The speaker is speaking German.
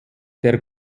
der